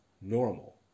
normal